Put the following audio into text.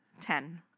Ten